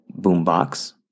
boombox